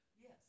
Yes